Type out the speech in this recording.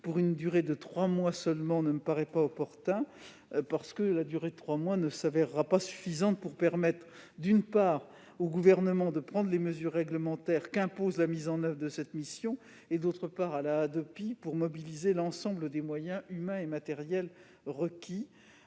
pour une durée de trois mois seulement, ne me paraît pas opportun. En effet, la durée de trois mois ne sera pas suffisante pour permettre, d'une part, au Gouvernement de prendre les mesures réglementaires qu'impose la mise en oeuvre de cette mission, et, d'autre part, à la Hadopi de mobiliser l'ensemble des moyens humains et matériels requis.